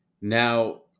now